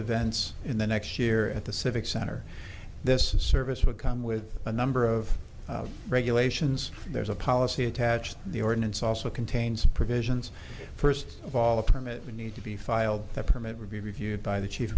events in the next year at the civic center this service would come with a number of regulations there's a policy attached the ordinance also contains provisions first of all the permit you need to be filed that permit would be reviewed by the chief